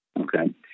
Okay